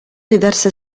diverse